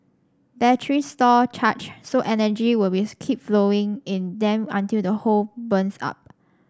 batteries store charge so energy will be keep flowing in them until the whole burns up